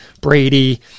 Brady